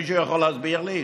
מישהו יכול להסביר לי?